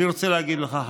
אני רוצה להגיד לך,